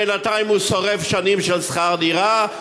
ובינתיים הוא שורף שנים על שכר דירה,